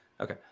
okay